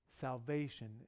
salvation